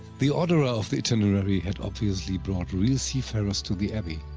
the orderer of the itinerary had obviously brought real seafarers to the abbey,